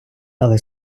але